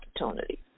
opportunity